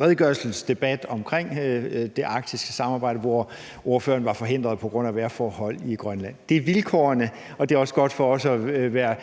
redegørelsesdebat om det arktiske samarbejde, hvor ordføreren var forhindret på grund af vejrforhold i Grønland. Det er vilkårene, og det er også godt for os at være